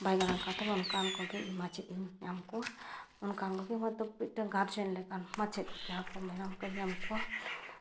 ᱵᱟᱭ ᱜᱟᱱ ᱟᱠᱟᱱ ᱛᱟᱢᱟ ᱱᱚᱝᱠᱟ ᱚᱱᱠᱟ ᱜᱮ ᱤᱧ ᱢᱟᱪᱮᱫ ᱤᱧ ᱧᱟᱢ ᱠᱚᱣᱟ ᱚᱱᱠᱟᱱ ᱠᱚᱜᱮ ᱦᱳᱭᱛᱳ ᱢᱤᱫᱴᱮᱱ ᱜᱟᱨᱡᱮᱱ ᱞᱮᱠᱟᱱ ᱢᱟᱪᱮᱫ ᱡᱟᱦᱟᱸᱭ ᱠᱚ ᱢᱮᱰᱟᱢ ᱠᱚᱧ ᱧᱟᱢ ᱠᱚᱣᱟ